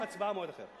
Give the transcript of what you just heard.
תשובה והצבעה במועד אחר.